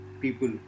people